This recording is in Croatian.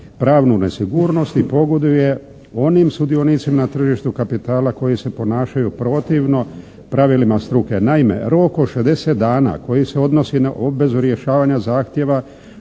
pravnu nesigurnost i pogoduje onim sudionicima na tržištu kapitala koji se ponašaju protivno pravilima struke. Naime rok od 60 dana koji se odnosi na obvezu rješavanja zahtjeva